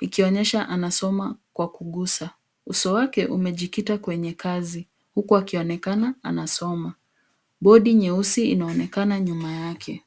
ikionyesha anasoma kwa kugusa. Uso wake umejikita kwenye kazi huku akionekana anasoma. Bodi nyeusi inaonekana nyuma yake.